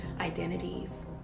identities